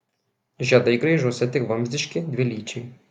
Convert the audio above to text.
žiedai graižuose tik vamzdiški dvilyčiai